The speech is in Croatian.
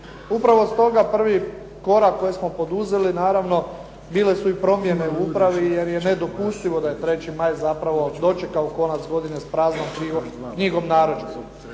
Upravo stoga prvi korak koji smo poduzeli naravno, bile su i promjene u upravi jer je nedopustivo da "3. maj" zapravo dočekao konac godine s praznom knjigom narudžbi.